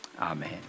Amen